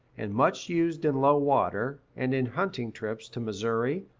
and much used in low water, and in hunting trips to missouri,